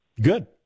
good